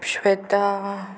Shweta